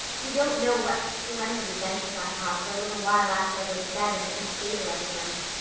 you don't know what splendid adventures i have for a little while after i go to bed in the east gable every night.